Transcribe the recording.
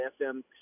FM